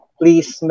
please